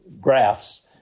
graphs